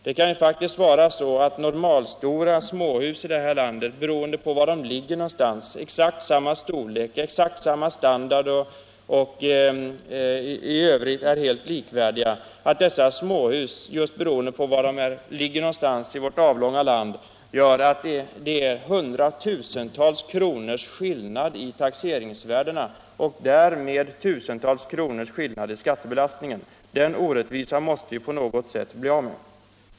Det kan faktiskt vara så att normalstora småhus i det här landet beroende på var de ligger någonstans, med exakt samma storlek och med exakt samma standard samt i övrigt helt likvärdiga, visar hundratusentals kronors skillnad i taxeringsvärde och därmed tusentals kronors skillnad i skattebelastning. Den orättvisan måste vi på något sätt bli av med.